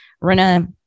Rena